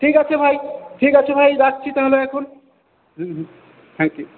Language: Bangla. ঠিক আছে ভাই ঠিক আছে ভাই রাখছি তাহলে এখন হুম হুম থ্যাংক ইউ